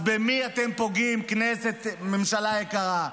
אז במי אתם פוגעים, ממשלה יקרה?